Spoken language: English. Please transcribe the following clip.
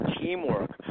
teamwork